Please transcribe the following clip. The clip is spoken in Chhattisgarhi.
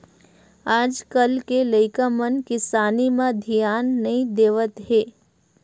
आज कल के लइका मन किसानी म धियान नइ देवत हे